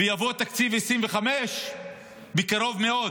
ויבוא תקציב 2025 בקרוב מאוד,